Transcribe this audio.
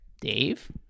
Dave